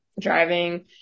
driving